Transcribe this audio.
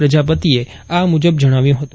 પ્રજાપતિએ આ મુજબ જણાવ્યું હતું